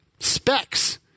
Specs